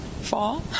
fall